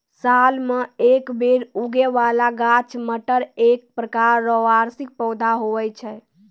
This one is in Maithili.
साल मे एक बेर उगै बाला गाछ मटर एक प्रकार रो वार्षिक पौधा हुवै छै